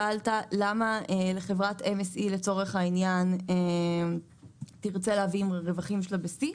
שאלת למה לחברת MSC לצורך העניין תרצה להביא עם הרווחים שלה בשיא?